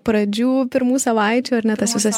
pradžių pirmų savaičių ar ne tas visas